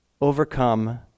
overcome